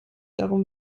darum